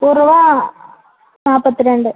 കുറവ നാല്പ്പത്തിരണ്ട്